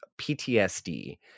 PTSD